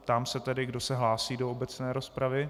Ptám se tedy, kdo se hlásí do obecné rozpravy.